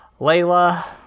layla